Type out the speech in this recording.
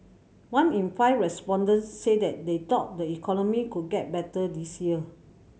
one in five respondents said that they thought the economy could get better this year